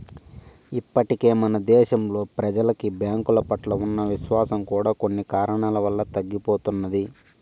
ఇప్పటికే మన దేశంలో ప్రెజలకి బ్యాంకుల పట్ల ఉన్న విశ్వాసం కూడా కొన్ని కారణాల వలన తరిగిపోతున్నది